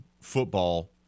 football